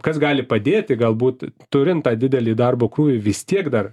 kas gali padėti galbūt turint tą didelį darbo krūvį vis tiek dar